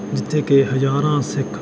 ਜਿੱਥੇ ਕਿ ਹਜ਼ਾਰਾਂ ਸਿੱਖ